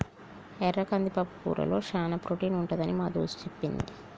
ఎర్ర కంది పప్పుకూరలో చానా ప్రోటీన్ ఉంటదని మా దోస్తు చెప్పింది